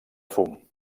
fum